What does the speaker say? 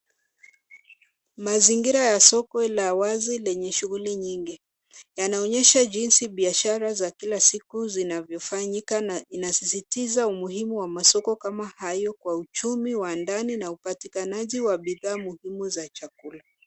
Mazingira ya soko la wazi lenye shughuli nyingi. Yanaonyesha jinsi biashara za kila siku zinavyofanyika na inasisitiza umuhimu wa masoko kama hayo kwa uchumi wa ndani na upatikanaji wa bidhaa muhimu za chakula.